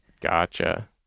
Gotcha